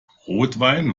rotwein